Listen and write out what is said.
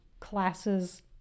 classes